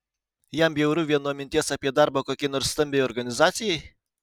jam bjauru vien nuo minties apie darbą kokiai nors stambiai organizacijai